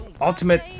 Ultimate